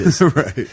Right